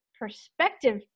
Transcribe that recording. perspective